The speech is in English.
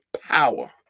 power